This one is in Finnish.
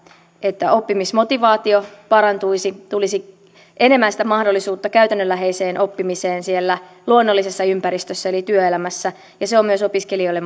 että oppimismotivaatio parantuisi tulisi enemmän sitä mahdollisuutta käytännönläheiseen oppimiseen siellä luonnollisessa ympäristössä eli työelämässä ja se on myös opiskelijoille